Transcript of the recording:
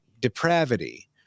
depravity